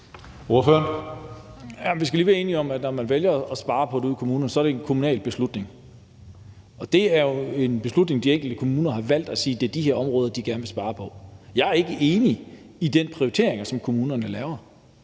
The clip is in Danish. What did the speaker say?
vi skal lige være enige om, at det, når man vælger at spare på det ude i kommunerne, så er en kommunal beslutning, og det er jo en beslutning, hvor de enkelte kommuner har valgt at sige, at det er de her områder, de gerne vil spare på. Jeg er ikke enig i de prioriteringer, som kommunerne laver.